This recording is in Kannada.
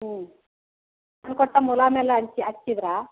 ಹ್ಞೂ ನಾ ಕೊಟ್ಟ ಮುಲಾಮ್ ಎಲ್ಲ ಹಂಚಿ ಹಚ್ಚಿದ್ರಾ